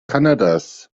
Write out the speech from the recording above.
kanadas